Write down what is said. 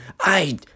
I-